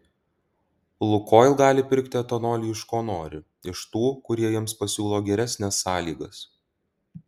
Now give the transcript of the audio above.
lukoil gali pirkti etanolį iš ko nori iš tų kurie jiems pasiūlo geresnes sąlygas